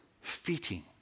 fitting